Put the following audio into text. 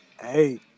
Hey